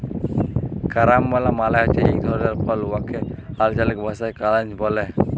carambola মালে হছে ইক ধরলের ফল উয়াকে আল্চলিক ভাষায় কারান্চ ব্যলে